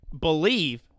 believe